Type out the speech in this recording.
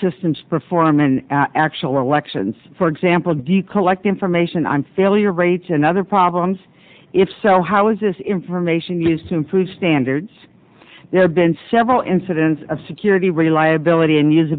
systems perform in actual elections for example do you collect information on failure rates and other problems if so how is this information used to improve standards there have been several incidents of security reliability and us